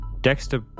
Dexter